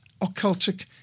occultic